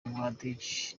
muhadjili